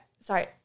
sorry